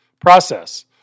process